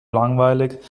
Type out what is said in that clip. langweilig